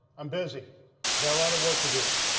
i'm busy. i got a lot of work to do.